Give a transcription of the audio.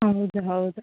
ಹೌದು ಹೌದು